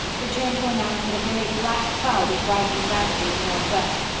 returned to announce that a very black cloud was rising rapidly in the northwest.